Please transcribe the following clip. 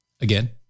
again